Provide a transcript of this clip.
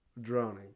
Drowning